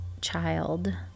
child